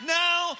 now